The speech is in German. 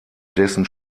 dessen